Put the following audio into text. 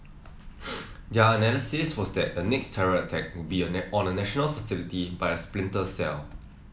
their analysis was that the next terror attack would be on a national facility by a splinter cell